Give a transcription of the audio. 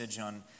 on